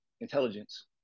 intelligence